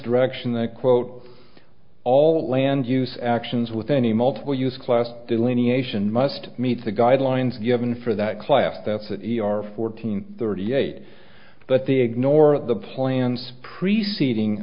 direction that quote all land use actions with any multiple use class delineation must meet the guidelines given for that class that city are fourteen thirty eight but they ignore the plans preceding